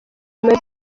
kimaze